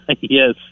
Yes